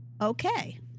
okay